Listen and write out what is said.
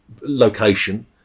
location